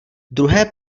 druhé